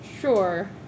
sure